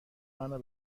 منو